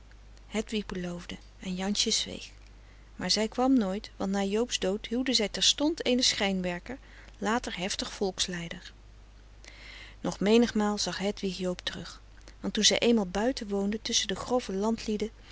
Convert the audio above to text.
hedwig beloofde en jansje zweeg maar zij kwam frederik van eeden van de koele meren des doods nooit want na joobs dood huwde zij terstond eenen schrijnwerker later heftig volksleider nog menigmaal zag hedwig joob terug want toen zij eenmaal buiten woonde tusschen de grove landlieden